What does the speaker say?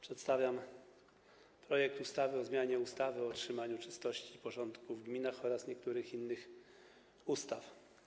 Przedstawiam projekt ustawy o zmianie ustawy o utrzymaniu czystości i porządku w gminach oraz niektórych innych ustaw.